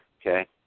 Okay